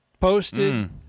Posted